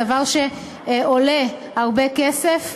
דבר שעולה הרבה כסף,